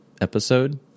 episode